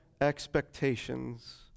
expectations